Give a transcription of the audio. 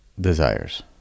desires